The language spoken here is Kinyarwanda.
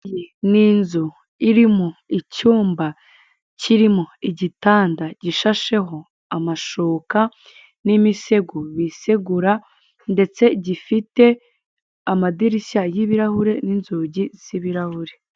Ni inzu irimo icyumba, kirimo igitanda gishasheho amashuka n'imisego busegura ndetse gifite amadirishya y'ibirahure n'inzugi z'ibirahure.